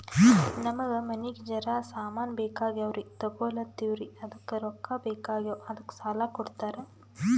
ನಮಗ ಮನಿಗಿ ಜರ ಸಾಮಾನ ಬೇಕಾಗ್ಯಾವ್ರೀ ತೊಗೊಲತ್ತೀವ್ರಿ ಅದಕ್ಕ ರೊಕ್ಕ ಬೆಕಾಗ್ಯಾವ ಅದಕ್ಕ ಸಾಲ ಕೊಡ್ತಾರ?